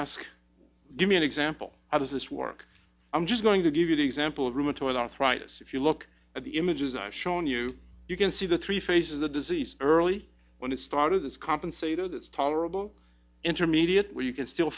ask give me an example how does this work i'm just going to give you the example of rheumatoid arthritis if you look at the images i've shown you you can see the three phases of the disease early when it started this compensator that's tolerable intermediate where you can still